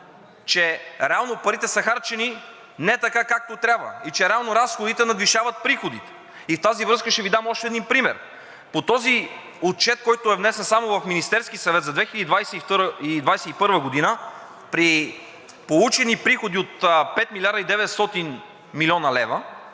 че реално парите са харчени не така, както трябва, и че реално разходите надвишават приходите. В тази връзка ще Ви дам още един пример. По този отчет, който е внесен само в Министерския съвет – за 2021 г., при получени приходи от 5 млрд. и 900 млн. лв.,